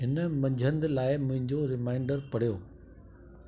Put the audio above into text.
हिन मंझंदि लाइ मुंहिंजो रिमाइंडर पढ़ियो